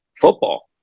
football